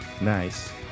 Nice